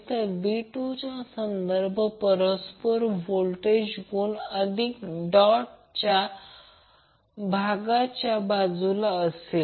तर v2 चा संदर्भ परस्पर विरोधी गुण अधिक डॉटच्या भागाच्या बाजूला असेल